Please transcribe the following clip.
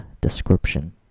description